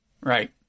Right